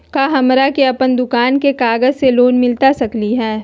का हमरा के अपन दुकान के कागज से लोन मिलता सकली हई?